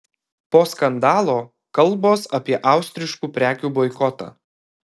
po skandalo kalbos apie austriškų prekių boikotą